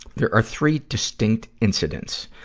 there are three distinct incidents.